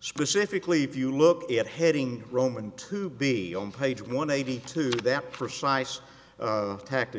specifically if you look at heading roman to be on page one eighty two that precise tactic